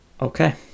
Okay